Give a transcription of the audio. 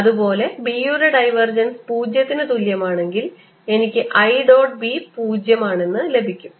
അതുപോലെ B യുടെ divergence 0 ന് തുല്യമാണെങ്കിൽ എനിക്ക് i ഡോട്ട് ബി 0 പൂജ്യം ആണെന്ന് ലഭിക്കും